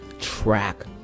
track